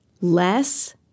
Less